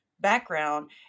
background